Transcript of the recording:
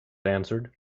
answered